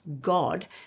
God